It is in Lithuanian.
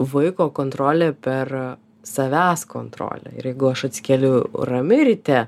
vaiko kontrolė per savęs kontrolę ir jeigu aš atsikėliau rami ryte